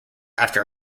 after